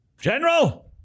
General